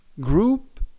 group